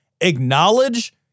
acknowledge